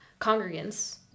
Congregants